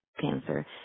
cancer